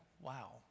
Wow